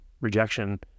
rejection